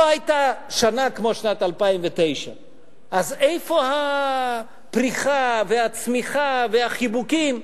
לא היתה שנה כמו שנת 2009. אז איפה הפריחה והצמיחה והחיבוקים?